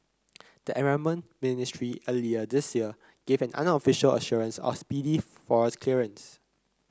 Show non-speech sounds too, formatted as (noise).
the environment ministry earlier this year gave an unofficial assurance of speedy (unintelligible) forest clearance